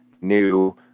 new